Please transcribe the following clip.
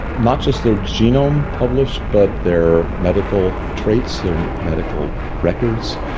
not just their genome published, but their medical traits, their medical records,